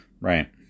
Right